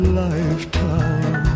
lifetime